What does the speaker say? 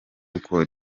kuko